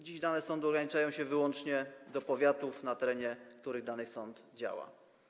Dziś dane sądu ograniczają się wyłącznie do powiatów, na terenie których dany sąd działa.